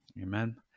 Amen